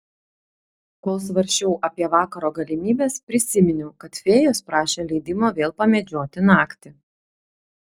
kol svarsčiau apie vakaro galimybes prisiminiau kad fėjos prašė leidimo vėl pamedžioti naktį